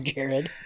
Jared